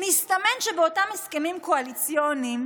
מסתמן שבאותם הסכמים קואליציוניים